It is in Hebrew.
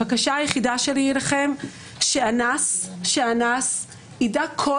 הבקשה היחידה שלי אליכם שאנס שאנס ידע כל